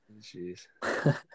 Jeez